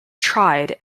tried